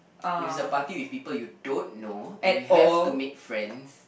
if it's a party with people you don't know if you have to make friends